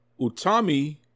Utami